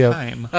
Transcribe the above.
time